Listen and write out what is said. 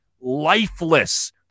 lifeless